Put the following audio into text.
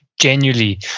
genuinely